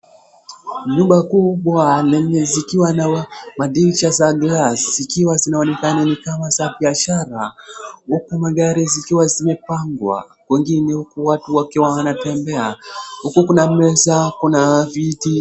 Nyumba kubwa lenye zikiwa na madirisha za glass ,zikiwa zinaonekana nikama za biashara, huku magari zikiwa zimepangwa, wengine huku watu wakiwa wanatembea. Huku kuna meza, kuna viti.